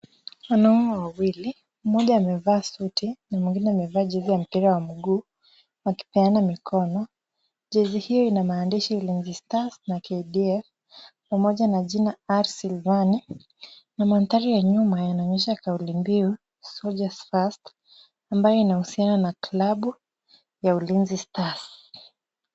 Wanaume wawili, mmoja amevaa suti na mwingine amevaa jezi ya mpira wa miguuu, wakipeana mikono. Jezi hiyo ina maandishi Ulinzi stars na KDF pamoja na jina R Sylvaine na mandhari ya nyuma yanaonyesha kauli mbiu soldiers first ambayo inahusiana na klabu ya Ulinzi Stars.